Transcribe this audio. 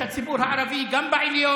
את הציבור הערבי גם בעליון?